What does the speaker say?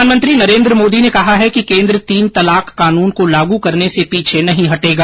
प्रधानमंत्री नरेन्द्र मोदी ने कहा है कि केन्द्र तीन तलाक कानून को लागू करने से पीछे नहीं हटेगा